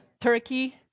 turkey